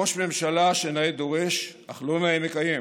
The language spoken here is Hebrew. ראש ממשלה שנאה דורש אך לא נאה מקיים,